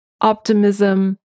optimism